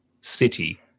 city